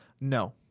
no